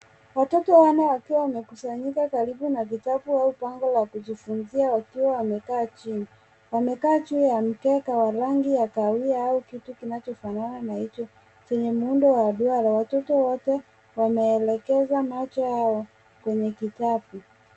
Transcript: Watoto wanne wakiwa wamekusanyika karibu na vitabu au bango la kujifunzia wakiwa wamekaa chini. Wamekaa juu ya mkeka wa rangi ya kahawia au kiti kinachofanana na hicho chenye muundo wa dwara. Watoto wote wameelekeza macho yao kwenye kitabu.